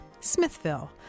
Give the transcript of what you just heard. Smithville